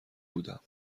بودم